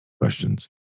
questions